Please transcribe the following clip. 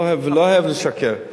לא אוהב לשקר.